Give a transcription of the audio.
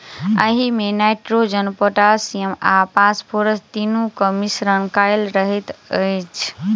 एहिमे nitrogen, potassium आ phosphorus तीनूक मिश्रण कएल रहैत अछि